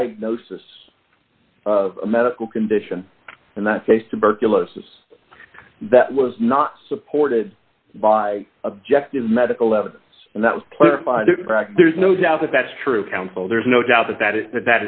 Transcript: diagnosis of a medical condition and that face tuberculosis that was not supported by objective medical evidence and that was clarified crack there's no doubt that that's true counsel there's no doubt that that is that